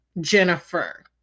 Jennifer